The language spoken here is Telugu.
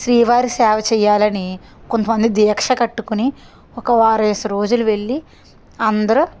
శ్రీవారి సేవ చేయాలని కొంతమంది దీక్ష కట్టుకొని ఒక వారమేసి రోజులు వెళ్ళి అందరు